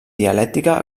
dialèctica